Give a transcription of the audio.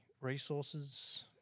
resources